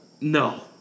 No